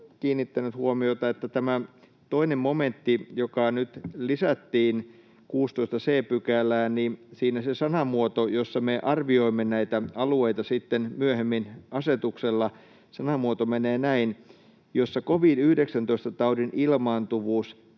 kiinnittänyt huomiota — että tässä 2 momentissa, joka nyt lisättiin 16 c §:ään ja jossa me arvioimme näitä alueita sitten myöhemmin asetuksella, se sanamuoto menee näin: ”jossa covid-19-taudin ilmaantuvuus